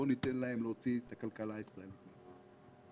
בואו ניתן להם להוציא את הכלכלה הישראלית מהבוץ.